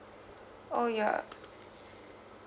oh yeah